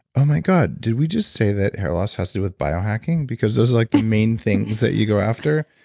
oh my god, did we just say that hair loss has to do with bio-hacking? because those are like the main things that you go after?